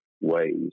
ways